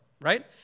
right